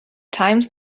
times